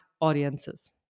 audiences